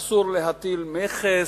אסור להטיל מכס,